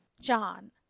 John